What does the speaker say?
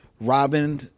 Robin